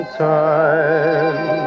time